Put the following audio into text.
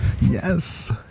Yes